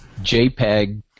JPEG